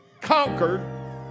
conquered